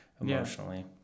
emotionally